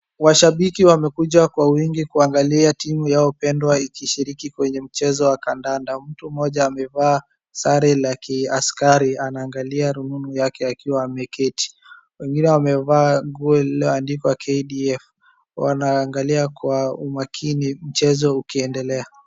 Washabiki wamekuja kwa wingi kuangalia timu yao pendwa ikishiriki kwenye mchezo wa kandakanda. Mtu mmoja amevaa sare la kiaskari anaangaalia rununu yake akiwa ameketi. Wengine wamevaa nguo lilioandikwa KDF. Wanaangalia kwa umakini mchezo ukiendelea.